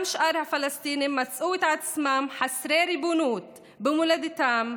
גם שאר הפלסטינים מצאו את עצמם חסרי ריבונות במולדתם,